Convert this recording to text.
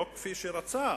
לא כפי שרצה,